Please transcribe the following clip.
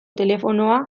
telefonoa